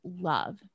love